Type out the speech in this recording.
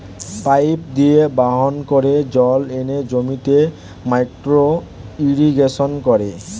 pipe দিয়ে বাহন করে জল এনে জমিতে মাইক্রো ইরিগেশন করে